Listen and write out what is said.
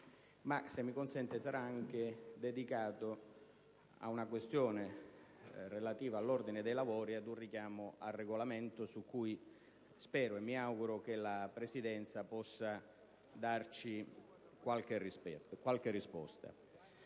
- se lo consente - sarà dedicato anche ad una questione relativa all'ordine dei lavori e ad un richiamo al Regolamento, su cui spero e mi auguro che la Presidenza possa fornire una risposta.